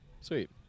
sweet